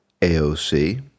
AOC